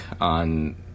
on